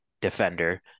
defender